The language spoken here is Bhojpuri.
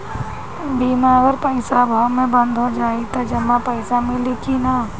बीमा अगर पइसा अभाव में बंद हो जाई त जमा पइसा मिली कि न?